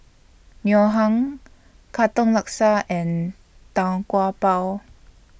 Ngoh Hiang Katong Laksa and Tau Kwa Pau